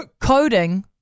coding